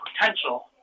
potential